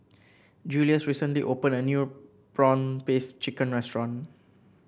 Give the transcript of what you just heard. Julious recently opened a new prawn paste chicken restaurant